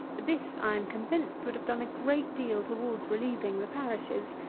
this i am convinced, would have done a great deal towards relieving the parishes,